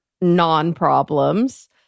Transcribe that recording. non-problems